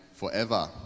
Forever